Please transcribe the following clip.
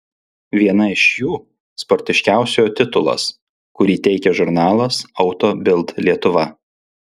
viena iš jų sportiškiausiojo titulas kurį teikia žurnalas auto bild lietuva